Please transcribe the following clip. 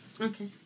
Okay